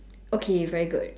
okay very good